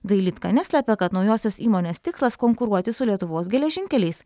dailydka neslepia kad naujosios įmonės tikslas konkuruoti su lietuvos geležinkeliais